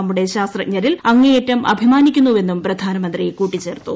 നമ്മുടെ ശാസ്ത്രജ്ഞരിൽ അങ്ങേയറ്റം അഭിമാനിക്കുന്നുവെന്നും പ്ലൂയാനമന്ത്രി കൂട്ടിച്ചേർത്തു